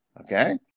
Okay